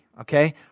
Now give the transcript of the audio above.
Okay